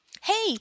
Hey